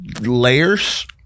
layers